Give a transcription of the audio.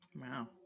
Wow